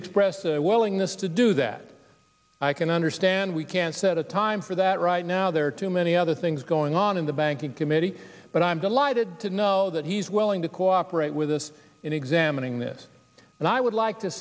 expressed a willingness to do that i can understand we can't set a time for that right now there are too many other things going on in the banking committee but i'm delighted to know that he's willing to cooperate with us in examining this and i would like to